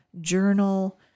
journal